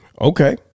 Okay